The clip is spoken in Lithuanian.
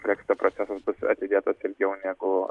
breksito procesas bus atidėtas ilgiau negu